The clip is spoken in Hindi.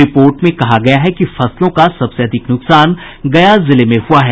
रिपोर्ट में कहा गया है कि फसलों का सबसे अधिक नुकसान गया जिले में हुआ है